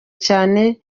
cyane